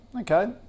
Okay